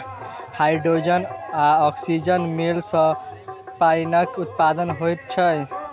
hydrogen आ औक्सीजनक मेल सॅ पाइनक उत्पत्ति होइत छै